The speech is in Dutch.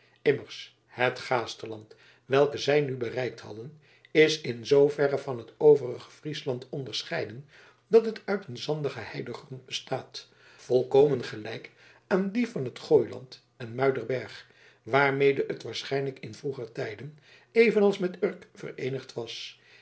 immers het gaasterland hetwelk zij nu bereikt hadden is in zooverre van het overige friesland onderscheiden dat het uit een zandigen heidegrond bestaat volkomen gelijk aan dien van het gooiland en muiderberg waarmede het waarschijnlijk in vroeger tijden evenals met urk vereenigd was